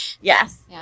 Yes